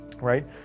right